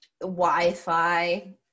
Wi-Fi